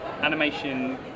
animation